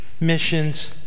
missions